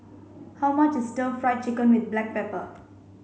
how much is stir fried chicken with black pepper